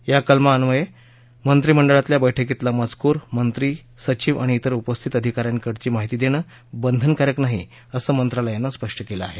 या कलमान्वये मंत्रीमंडळातल्या बैठकीतला मजकूर मंत्री सचीव आणि वित्र उपस्थित अधिकाऱ्यांकडची माहिती देणं बंधनकारक नाही असं मंत्रालयानं स्पष्ट केलं आहे